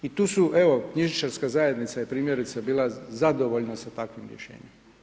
I to evo, knjižničarska zajednica je primjerice bila zadovoljna sa takvim rješenjem.